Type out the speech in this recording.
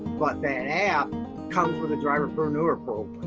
but that app comes with the driverpreneur program.